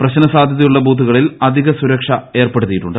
പ്രശ്നസാധൃതയുള്ള ബൂത്തുകളിൽ അധികസുരക്ഷ ഏർപ്പെടുത്തിയിട്ടുണ്ട്